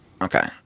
Okay